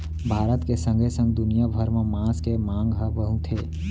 भारत के संगे संग दुनिया भर म मांस के मांग हर बहुत हे